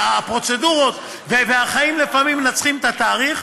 כי הפרוצדורות והחיים לפעמים מנצחים את התאריך,